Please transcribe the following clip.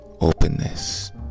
openness